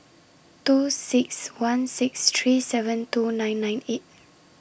two six one six three seven two nine nine eight